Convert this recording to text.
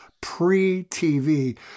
pre-TV